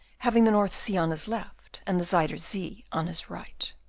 having the north sea on his left, and the zuyder zee on his right.